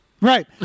Right